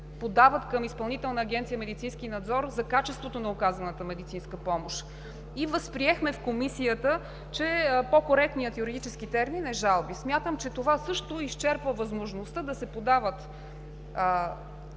подават към Изпълнителна агенция „Медицински надзор“ за качеството на оказаната медицинска помощ. И възприехме в Комисията, че по-коректният юридически термин е „жалби“. Смятам, че това също изчерпва възможността да се подават